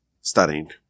studying